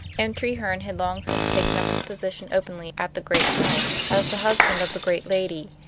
and treherne had long since taken up his position openly, at the great house, as the husband of the great lady,